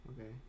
Okay